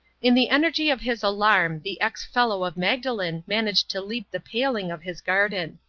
in the energy of his alarm the ex-fellow of magdalen managed to leap the paling of his garden.